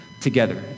Together